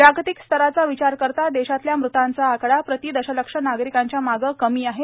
जागतिक स्तराचा विचार करता देशातल्या मृतांचा आकडा प्रति दशलक्ष नागरिकांच्या मागे कमी आहे